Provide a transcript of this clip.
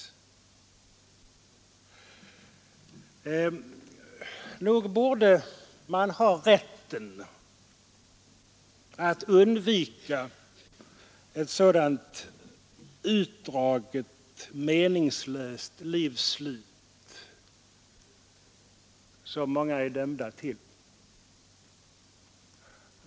Nog borde man ha rätten att slippa ett under åratal utdraget, meningslöst livsslut som många är dömda till.